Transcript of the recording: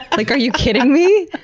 like are you kidding me?